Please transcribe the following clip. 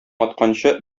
атканчы